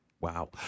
wow